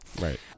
Right